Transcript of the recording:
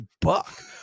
buck